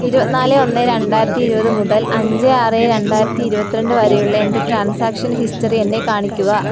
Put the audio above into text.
ഇരുപത്തി നാല് ഒന്ന് രണ്ടായിരത്തി ഇരുപത് മുതൽ അഞ്ച് ആറ് രണ്ടായിരത്തി ഇരുപത്തി രണ്ട് വരെയുള്ള എൻ്റെ ട്രാൻസാക്ഷൻ ഹിസ്റ്ററി എന്നെ കാണിക്കുക